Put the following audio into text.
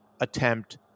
attempt